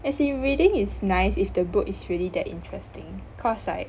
as in reading is nice if the book is really that interesting cause like